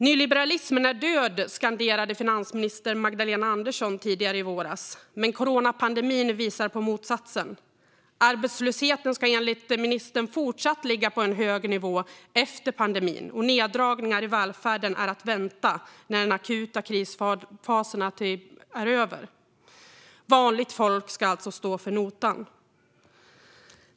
Nyliberalismen är död, skanderade finansminister Magdalena Andersson tidigare i våras, men coronapandemin visar på motsatsen. Arbetslösheten ska enligt ministern fortsatt ligga på en hög nivå efter pandemin, och neddragningar i välfärden är att vänta när den akuta krisfasen är över. Vanligt folk ska alltså stå för notan.